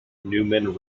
newman